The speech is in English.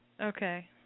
okay